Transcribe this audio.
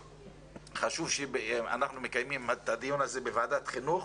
חשוב שאנחנו מקיימים את הדיון הזה בוועדת החינוך,